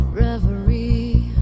reverie